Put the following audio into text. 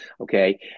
Okay